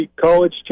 college